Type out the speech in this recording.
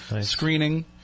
screening